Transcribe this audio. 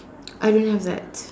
I don't have that